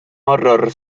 horror